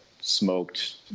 smoked